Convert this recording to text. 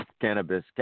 cannabis